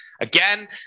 again